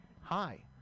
Hi